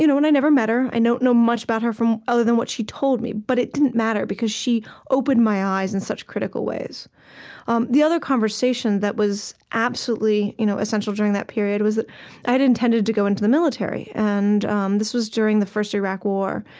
you know and i never met her. i don't know much about her other than what she told me. but it didn't matter, because she opened my eyes in such critical ways um the other conversation that was absolutely you know essential during that period was that i had intended to go into the military, and um this was during the first iraq war.